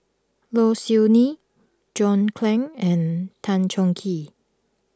Low Siew Nghee John Clang and Tan Chong Tee